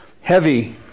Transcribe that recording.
Heavy